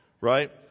right